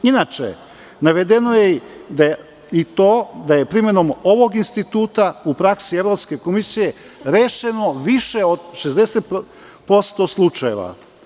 Inače, navedeno je i to da je primenom ovog instituta u praksi Evropske komisije rešeno više od 60% slučajeva.